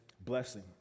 blessing